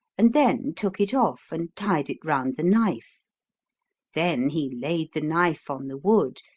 and then took it off and tied it round the knife then he laid the knife on the wood,